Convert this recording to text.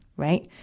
right.